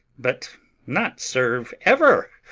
but not serve ever.